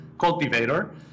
cultivator